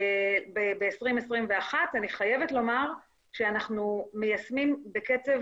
ב-2021, אני חייבת לומר שאנחנו מיישמים בקצב